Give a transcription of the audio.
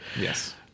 Yes